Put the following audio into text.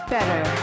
better